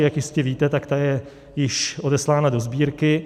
Jak jistě víte, tak ta je již odeslána do Sbírky.